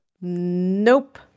Nope